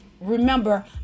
remember